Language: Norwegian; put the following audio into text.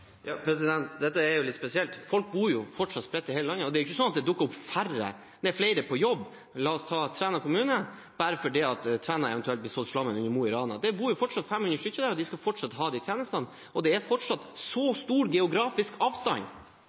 Dette er litt spesielt, folk bor fortsatt spredt i hele landet. La oss ta Træna kommune: Det er ikke sånn at det dukker opp flere på jobb bare fordi om Træna eventuelt skulle bli slått sammen med Mo i Rana. Det bor fortsatt 500 mennesker der, de skal fortsatt ha de tjenestene, og det er fortsatt så stor geografisk avstand